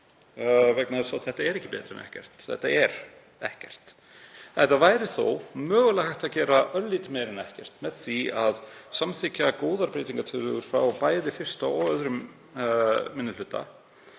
vegna þess að þetta er ekki betra en ekkert. Þetta er ekkert. Það væri þó mögulega hægt að gera örlítið meira en ekkert með því að samþykkja góðar breytingartillögur, bæði frá 1. og 2. minni hluta.